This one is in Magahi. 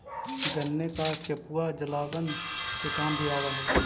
गन्ने का चेपुआ जलावन के काम भी आवा हई